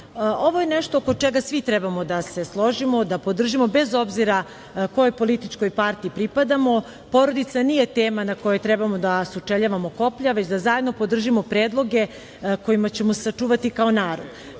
je nešto oko čega svi trebamo da se složimo, da podržimo bez obzira kojoj političkoj partiji pripadamo. Porodica nije tema na kojoj trebamo da sučeljavamo koplja, već da zajedno podržimo predloge kojima ćemo je sačuvati kao narod. Ovih